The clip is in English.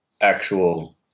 actual